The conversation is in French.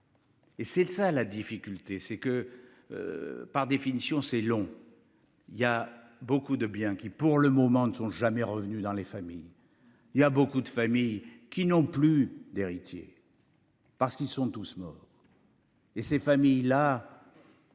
Et c'est ça la difficulté c'est que. Par définition, c'est long. Il y a beaucoup de bien, qui pour le moment ne sont jamais revenus dans les familles il y a beaucoup de familles qui n'ont plus d'héritiers. Parce qu'ils sont tous morts. Et ces familles-là.